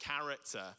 character